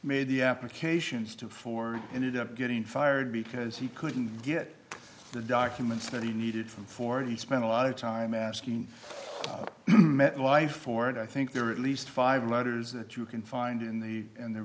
made the applications to four ended up getting fired because he couldn't get the documents that he needed from forty spent a lot of time asking life for it i think there are at least five letters that you can find in the in the